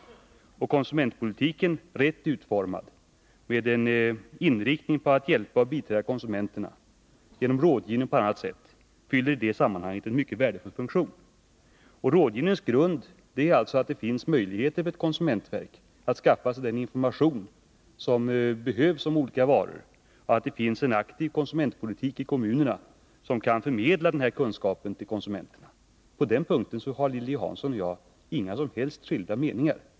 Rätt utformad konsumentpolitik, med en inriktning på att hjälpa och biträda konsumenterna genom rådgivning och på annat sätt, fyller i det sammanhanget en mycket värdefull funktion. Och rådgivningens grund är testning av olika varor samt att man i kommunerna kan förmedla kunskapen till konsumenterna. På den punkten har Lilly Hansson och jag inga delade meningar.